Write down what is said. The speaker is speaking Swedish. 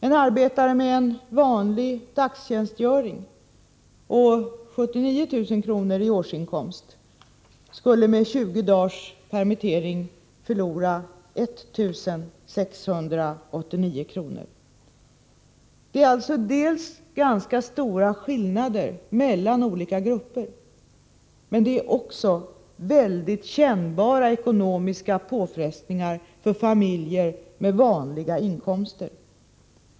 En arbetare med en vanlig dagstjänstgöring och 79 000 kr. i årsinkomst skulle med 20 dagars permittering förlora 1 689 kr. Det är alltså ganska stora skillnader mellan olika grupper. Men det är också mycket kännbara ekonomiska påfrestningar för familjer med vanliga inkomster.